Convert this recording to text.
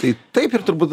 tai taip ir turbūt